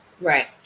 Right